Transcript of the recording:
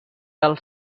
del